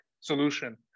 solution